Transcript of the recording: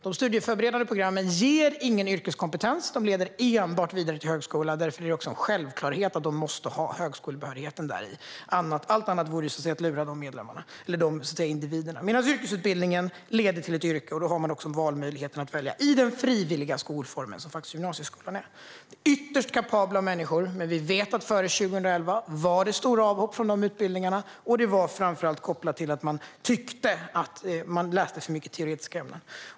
De studieförberedande programmen ger ingen yrkeskompetens utan leder enbart vidare till högskola. Därför är det en självklarhet att de måste innehålla högskolebehörighet; allt annat vore att lura de individerna. Yrkesutbildningen leder å andra sidan till ett yrke, och då har man möjlighet att välja - i den frivilliga skolform som gymnasieskolan faktiskt utgör. Detta rör ytterst kapabla människor, men vi vet att det före 2011 var stora avhopp från utbildningarna. Det var framför allt kopplat till att eleverna tyckte att de läste för mycket teoretiska ämnen.